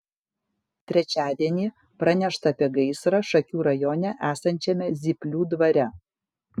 trečiadienį pranešta apie gaisrą šakių rajone esančiame zyplių dvare